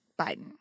Biden